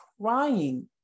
crying